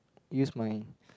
use my